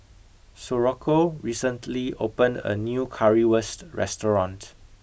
Socorro recently opened a new curry wurst restaurant